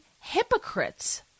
hypocrites